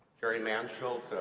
jerry mansholt,